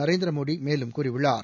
நரேந்திர மோடி மேலும் கூறியுள்ளார்